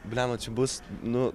blemba čia bus nu